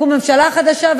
תקום ממשלה חדשה,